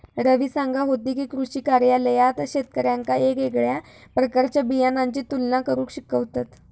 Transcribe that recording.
रवी सांगा होतो की, कृषी कार्यालयात शेतकऱ्यांका येगयेगळ्या प्रकारच्या बियाणांची तुलना करुक शिकवतत